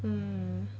mm